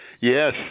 Yes